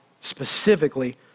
specifically